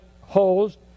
holes